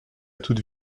toute